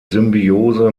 symbiose